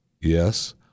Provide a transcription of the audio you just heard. yes